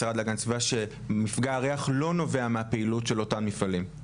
משרד להגנת הסביבה שמפגע הריח לא נובע מפעילות של אותם מפעלים.